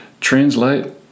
translate